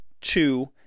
two